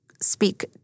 speak